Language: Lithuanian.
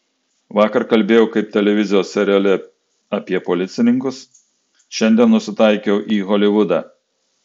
vakar kalbėjau kaip televizijos seriale apie policininkus šiandien nusitaikiau į holivudą